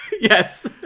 Yes